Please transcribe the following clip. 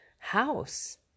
house